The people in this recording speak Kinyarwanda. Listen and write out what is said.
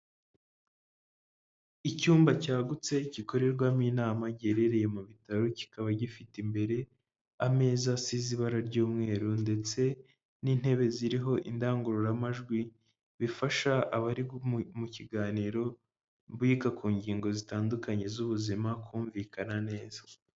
Icyumba cyagutse gikorerwamo inama giherereye mu bitaro, kikaba gifite imbere ameza asize ibara ry'umweru ndetse n'intebe ziriho indangururamajwi bifasha abari mu kiganiro biga ku ngingo zitandukanye z'ubuzima kumvikana neza.